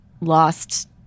lost